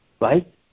right